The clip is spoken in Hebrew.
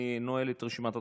אני נועל את רשימת הדוברים.